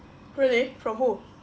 really from who